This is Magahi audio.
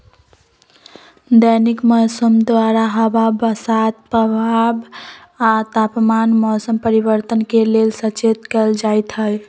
दैनिक मौसम द्वारा हवा बसात प्रवाह आ तापमान मौसम परिवर्तन के लेल सचेत कएल जाइत हइ